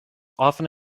often